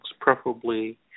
preferably